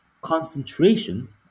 concentration